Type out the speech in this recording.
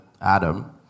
Adam